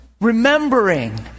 Remembering